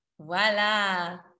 Voilà